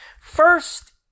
First